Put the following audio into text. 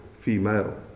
female